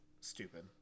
stupid